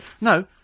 No